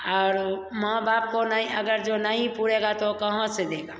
और माँ बाप को नहीं अगर जो नहीं पूरेगा तो कहाँ से देगा